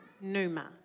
Numa